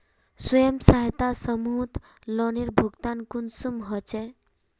स्वयं सहायता समूहत लोनेर भुगतान कुंसम होचे?